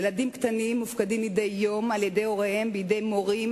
ילדים קטנים מופקדים מדי יום על-ידי הוריהם בידי מורים,